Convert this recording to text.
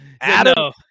Adam